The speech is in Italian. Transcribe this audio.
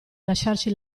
lasciarci